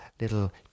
Little